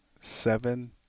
seven